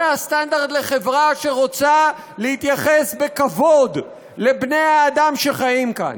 זה הסטנדרט לחברה שרוצה להתייחס בכבוד לבני האדם שחיים כאן.